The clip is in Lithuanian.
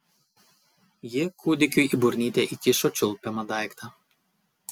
ji kūdikiui į burnytę įkišo čiulpiamą daiktą